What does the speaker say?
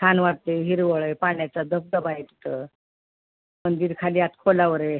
छान वाटते हिरवळ आहे पाण्याचा धबधबा आहे तिथं मंदिर खाली आत खोलवर आहे